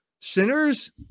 sinners